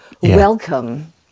welcome